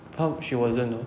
她 she wasn't ah